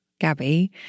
Gabby